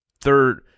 third